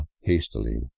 hastily